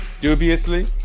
dubiously